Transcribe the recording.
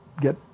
get